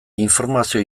informazio